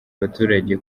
abaturage